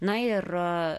na ir